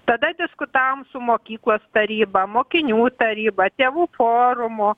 tada diskutavom su mokyklos taryba mokinių taryba tėvų forumu